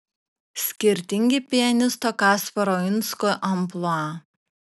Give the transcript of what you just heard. skirtingi pianisto kasparo uinsko amplua